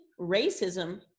racism